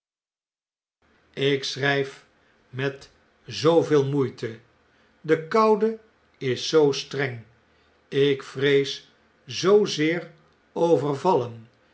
ik schru'f met zooveel moeite de koudeis zoo streng ik vrees zoozeer overvallen